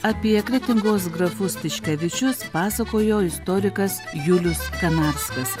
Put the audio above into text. apie kretingos grafus tiškevičius pasakojo istorikas julius kanarskas